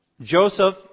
Joseph